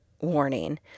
warning